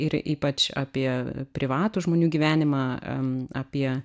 ir ypač apie privatų žmonių gyvenimą a apie